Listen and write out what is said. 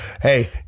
hey